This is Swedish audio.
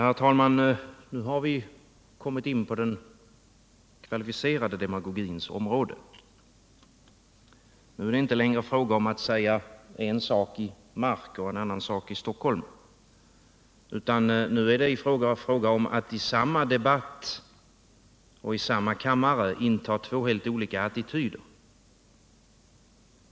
Herr talman! Nu har vi kommit in på den kvalificerade demagogins område. Nu är det inte längre fråga om att säga en sak i Mark och en annan i Stockholm, utan nu är det fråga om att i samma debatt och i samma kammare inta två helt olika attityder.